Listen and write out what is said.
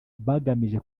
bagamije